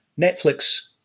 Netflix